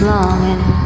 Longing